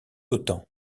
autant